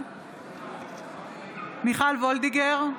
מיכל וולדיגר,